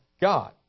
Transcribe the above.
God